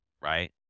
right